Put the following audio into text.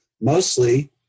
mostly